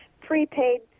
prepaid